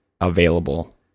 available